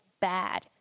bad